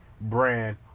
Brand